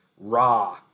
raw